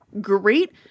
great